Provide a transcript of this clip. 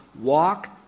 walk